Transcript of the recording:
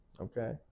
Okay